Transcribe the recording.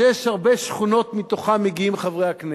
שיש הרבה שכונות שמהן מגיעים חברי הכנסת,